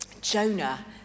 Jonah